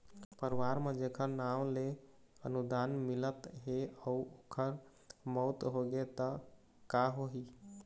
परवार म जेखर नांव ले अनुदान मिलत हे अउ ओखर मउत होगे त का होही?